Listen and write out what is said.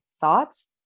thoughts